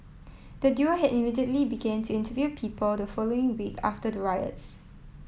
the duo had immediately began to interview people the following week after the riots